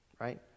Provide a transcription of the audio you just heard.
right